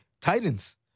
Titans